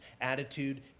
attitude